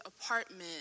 apartment